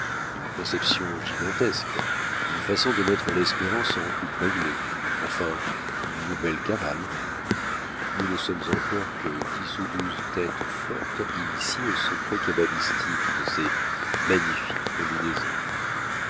une conception gigantesque une façon de mettre l'espérance en coupes réglées enfin une nouvelle cabale nous ne sommes encore que dix ou douze têtes fortes initiées aux secrets cabalistiques de ces magnifiques combinaisons